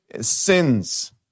sins